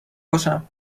باشم